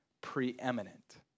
preeminent